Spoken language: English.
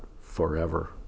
forever